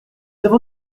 avons